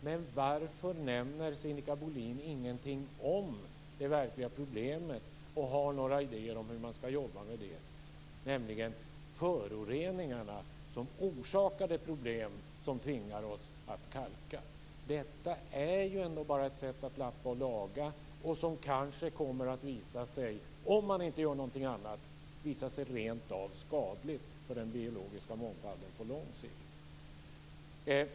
Men varför nämner Sinikka Bohlin ingenting om det verkliga problemet? Varför har hon inte några idéer om hur man skall jobba med det, nämligen föroreningarna som orsakade problemen som tvingar oss att kalka? Detta är ju ändå bara ett sätt att lappa och laga, som kanske, om man inte gör något annat, kommer att visa sig vara rent av skadligt för den biologiska mångfalden på lång sikt.